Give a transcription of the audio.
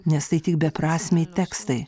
nes tai tik beprasmiai tekstai